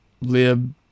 lib